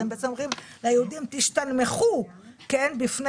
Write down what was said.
אתם בעצם אומרים ליהודים להשתנמך בפני